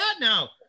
now